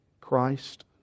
Christ